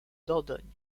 dordogne